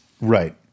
Right